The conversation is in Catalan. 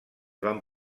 van